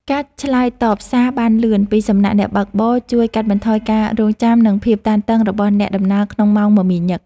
ការឆ្លើយតបសារបានលឿនពីសំណាក់អ្នកបើកបរជួយកាត់បន្ថយការរង់ចាំ និងភាពតានតឹងរបស់អ្នកដំណើរក្នុងម៉ោងមមាញឹក។